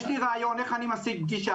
יש לי רעיון איך אני משיג פגישה,